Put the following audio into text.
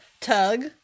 Tug